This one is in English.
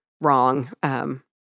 wrong